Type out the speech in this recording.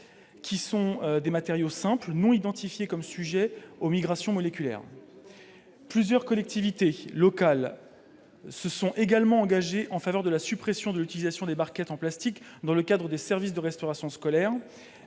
qui sont des matériaux simples, non identifiés comme sujet aux migrations moléculaires ». Plusieurs collectivités locales se sont également engagées en faveur de la suppression de l'utilisation de barquettes en plastique dans le cadre des services de restauration scolaire.